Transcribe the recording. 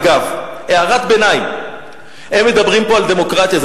אגב, הערת ביניים, הם מדברים פה על דמוקרטיה.